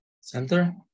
Center